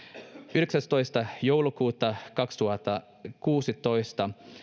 yhdeksästoista joulukuuta kaksituhattakuusitoista